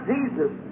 Jesus